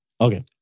Okay